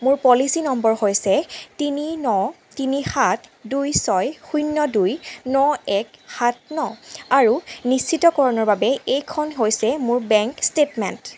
মোৰ policy number হৈছে তিনি ন তিনি সাত দুই ছয় শূন্য দুই ন এক সাত ন আৰু নিশ্চিতকৰণৰ বাবে এইখন হৈছে মোৰ বেংক ষ্টেটমেণ্ট